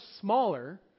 smaller